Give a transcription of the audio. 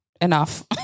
enough